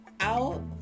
out